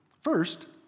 First